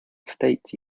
state